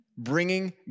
Bringing